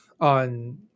on